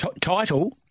Title